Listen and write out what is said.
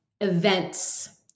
events